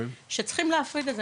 צריך להפריד את זה,